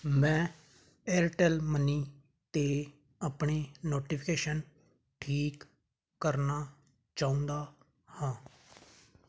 ਮੈਂ ਏਅਰਟੈੱਲ ਮਨੀ 'ਤੇ ਆਪਣੇ ਨੋਟੀਫਿਕੇਸ਼ਨਸ ਠੀਕ ਕਰਨਾ ਚਾਹੁੰਦਾ ਹਾਂ